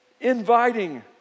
inviting